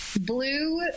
blue